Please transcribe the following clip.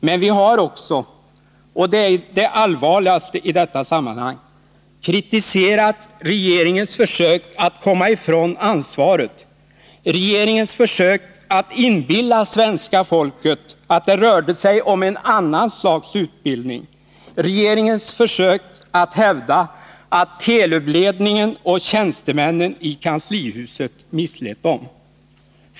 Men vi har också — och det är det allvarligaste i detta sammanhang -— kritiserat regeringens försök att komma ifrån ansvaret, regeringens försök att inbilla svenska folket att det rörde sig om ett annat slags utbildning, regeringens försök att hävda att Telub-ledningen och tjänstemännen i kanslihuset misslett dem.